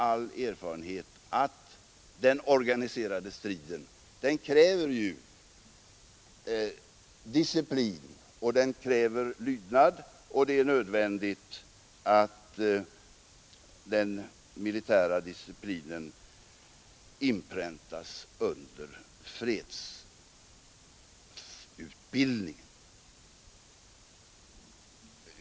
All erfarenhet visar att den organiserade den kräver disciplin och lydnad, och det är nödvändigt att den militära disciplinen inpräntas under fredsutbildning.